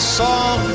song